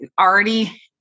already